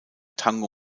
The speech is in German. tango